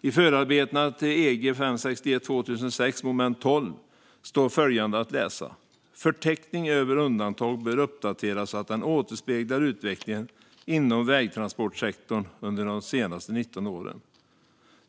I förarbetena till förordning 561/2006 står följande att läsa i skäl 12: "Förteckningen över undantag bör uppdateras så att den återspeglar utvecklingen inom vägtransportsektorn under de senaste nitton åren."